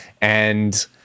And-